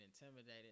intimidated